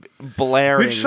blaring